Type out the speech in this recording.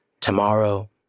Tomorrow